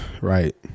Right